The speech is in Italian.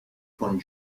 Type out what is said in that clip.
con